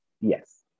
Yes